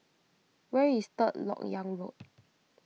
where is Third Lok Yang Road